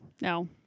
No